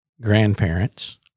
grandparents